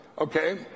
okay